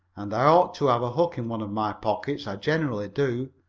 and i ought to have a hook in one of my pockets. i generally do.